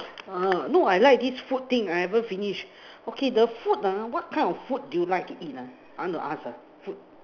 uh no I like this food thing I haven't finish okay the food ah what kind of food do you like to eat ah I want to ask ah food